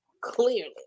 clearly